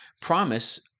promise